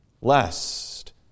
Lest